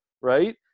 right